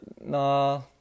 nah